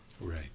Right